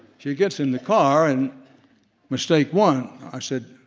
she gets in the car and mistake one, i said,